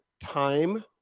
time